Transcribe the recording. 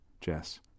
Jess